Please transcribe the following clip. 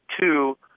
two